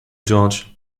george